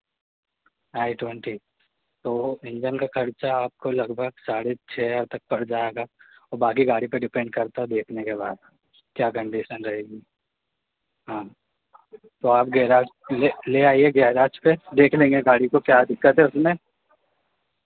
आई twenty तो engine का खर्चा आपको लगभग साढ़े छः हज़ार तक पड़ जाएगा और बाँकी गाड़ी पे डिपेंड करता है देखने के बाद क्या कंडीशन रहेगी हाँ तो आप गैराज ले ले आइए गैराज पे देख लेंगे गाड़ी को क्या दिक्कत है उसमें